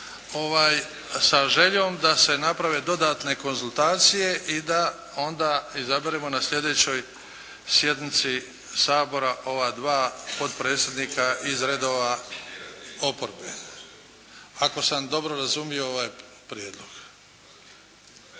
sa željom da se naprave dodatne konzultacije i da onda izaberemo na sljedećoj sjednici Sabora ova dva potpredsjednika iz redova oporbe, ako sam dobro razumio ovaj prijedlog.